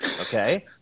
okay